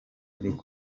ariko